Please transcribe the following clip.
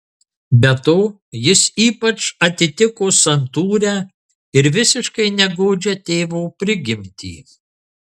be to jis ypač atitiko santūrią ir visiškai negodžią tėvo prigimtį